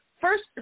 First